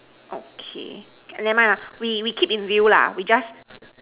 okay never mind lah we we keep in view lah we just